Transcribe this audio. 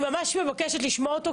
אני ממש מבקשת לשמוע אותו,